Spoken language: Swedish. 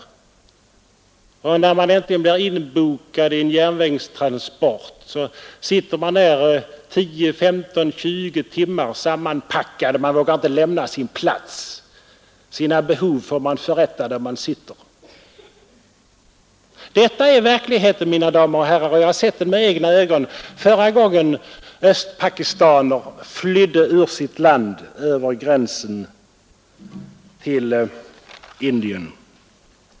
När dessa människor äntligen blir inbokade i en järnvägstransport, så sitter de 10, 15 eller 20 timmar sammanpackade, De vågar inte lämna sina platser, sina behov får de förrätta där de sitter. Detta är verkligheten, mina damer och herrar, Jag har sett den med egna ögon, förra gången östpakistaner flydde ur sitt land över gränsen till Indien.